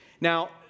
Now